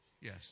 yes